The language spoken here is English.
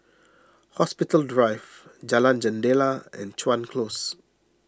Hospital Drive Jalan Jendela and Chuan Close